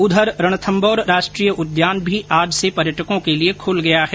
उधर रणथम्मौर राष्ट्रीय उद्यान भी आज से पर्यटकों के लिए खुल गया है